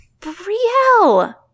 Brielle